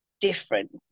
different